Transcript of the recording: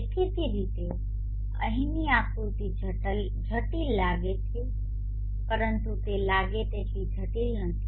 દેખીતી રીતે અહીંની આકૃતિ જટિલ લાગે છે પરંતુ તે લાગે તેટલી જટિલ નથી